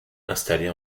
installée